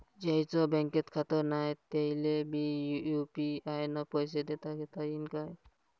ज्याईचं बँकेत खातं नाय त्याईले बी यू.पी.आय न पैसे देताघेता येईन काय?